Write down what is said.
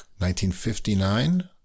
1959